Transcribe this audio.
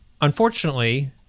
unfortunately